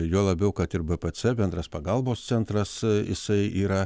juo labiau kad ir bpc bendras pagalbos centras jisai yra